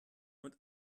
und